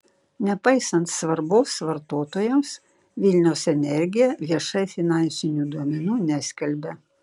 nepaisant svarbos vartotojams vilniaus energija viešai finansinių duomenų neskelbia